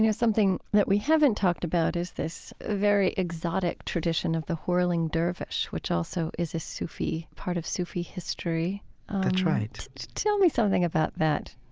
yeah something that we haven't talked about is this very exotic tradition of the whirling dervish, which also is ah a part of sufi history that's right tell me something about that